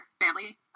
family